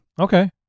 Okay